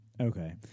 Okay